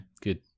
good